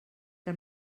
que